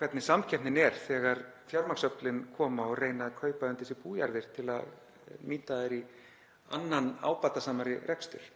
hvernig samkeppnin er þegar fjármagnsöflin koma og reyna að kaupa undir sig bújarðir til að nýta þær í annan ábatasamari rekstur.